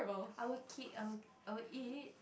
I will keep I will I will eat